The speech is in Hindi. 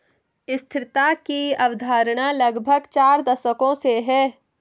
स्थिरता की अवधारणा लगभग चार दशकों से है